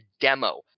demo